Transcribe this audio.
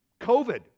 COVID